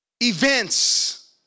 events